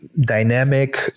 dynamic